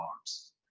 arms